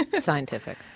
Scientific